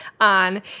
on